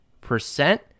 percent